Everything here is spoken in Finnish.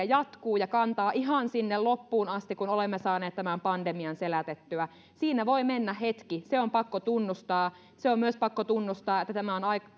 jatkuu ja kantaa ihan sinne loppuun asti kun olemme saaneet tämän pandemian selätettyä siinä voi mennä hetki se on pakko tunnustaa se on myös pakko tunnustaa että tämä aika